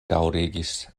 daŭrigis